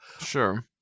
Sure